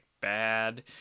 bad